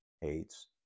hates